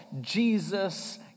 Jesus